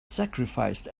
sacrificed